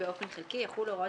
איזה שינוי?